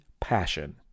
passion